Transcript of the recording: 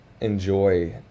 enjoy